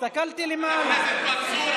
למה לא נוכח?